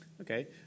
Okay